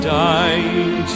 dying